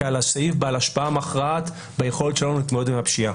כעל הסעיף בעל השפעה מכרעת ביכולת שלנו להתמודד עם הפשיעה.